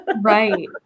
Right